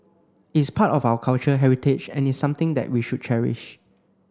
it's part of our culture heritage and is something that we should cherish